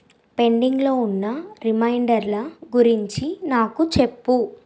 పెండింగ్లో ఉన్న రిమైండర్ల గురించి నాకు చెప్పుము